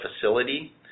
facility